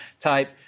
type